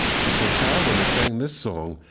she'd say, child, when they sang this song,